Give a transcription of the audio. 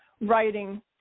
writing